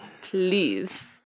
Please